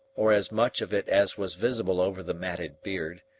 or as much of it as was visible over the matted beard,